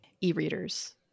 e-readers